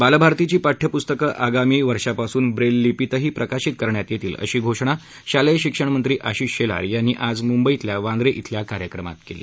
बालभारतीची पाठ्यपुस्तकं आगामी वर्षापासून ब्रेल लिपीतही प्रकाशित करण्यात येतील अशी घोषणा शालेय शिक्षणमंत्री अशिष शेलार यांनी आज म्ंबईतल्यावांद्रे इथल्या कार्यक्रमात केली